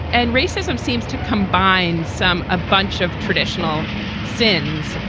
and racism seems to combine some a bunch of traditional sins,